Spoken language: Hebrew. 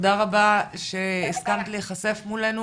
תודה רבה שהסכמת להיחשף מולנו